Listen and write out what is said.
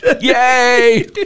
Yay